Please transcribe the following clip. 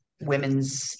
Women's